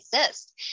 exist